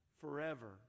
forever